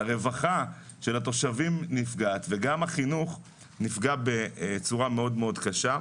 הרווחה של התושבים נפגעת וגם החינוך נפגע בצורה מאוד מאוד קשה.